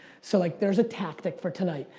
so like there's a tactic for tonight.